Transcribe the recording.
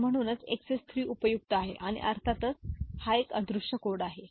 तर म्हणूनच एक्सएस 3 उपयुक्त आहे आणि अर्थातच हा एक अदृष्य कोड आहे